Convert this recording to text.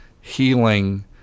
healing